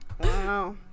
Wow